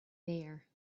there